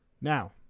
Now